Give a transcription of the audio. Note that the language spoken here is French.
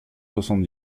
soixante